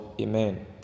Amen